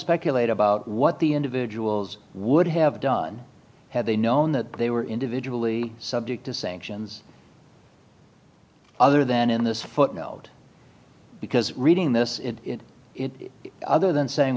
speculate about what the individuals would have done had they known that they were individually subject to sanctions other than in this footnote because reading this it other than saying